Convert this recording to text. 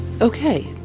Okay